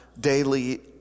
daily